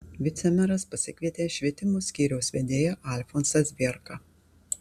vicemeras pasikvietė švietimo skyriaus vedėją alfonsą zvėrką